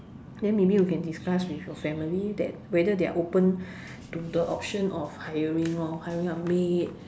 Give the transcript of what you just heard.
then maybe you can discuss with your family that whether they are open to the option of hiring lor hiring a maid